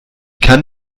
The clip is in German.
kann